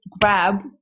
grab